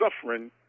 suffering